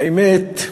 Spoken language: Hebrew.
האמת,